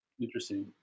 Interesting